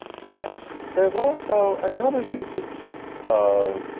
but there's also another usage of,